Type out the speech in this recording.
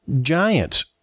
giants